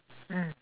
mm